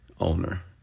owner